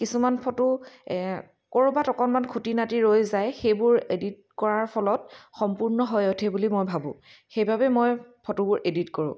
কিছুমান ফটো ক'ৰবাত অকণমান খুটি নাটি ৰৈ যায় সেইবোৰ এডিট কৰাৰ ফলত সম্পূৰ্ণ হৈ উঠে বুলি মই ভাবোঁ সেইবাবে মই ফটোবোৰ এডিট কৰোঁ